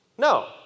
No